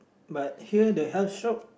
but here the health shop